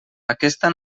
aquesta